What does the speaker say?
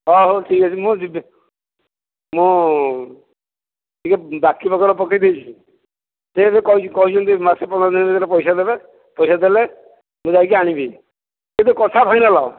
ହଁ ହଉ ଠିକ୍ ଅଛି ମୁଁ ଯିବି ମୁଁ ଟିକିଏ ବାକି ବକର ପକେଇ ଦେଇଛି ସିଏ ବି କହିଛନ୍ତି ମାସେ ପନ୍ଦର ଦିନି ଭିତରେ ପଇସା ଦେବେ ପଇସା ଦେଲେ ମୁଁ ଯାଇକି ଆଣିବି କିନ୍ତୁ କଥା ଫାଇନାଲ୍